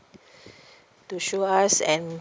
to show us and